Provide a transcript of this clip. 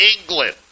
England